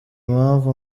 mpamvu